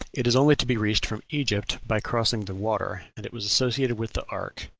it was only to be reached from egypt by crossing the water, and it was associated with the ark,